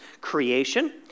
creation